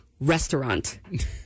restaurant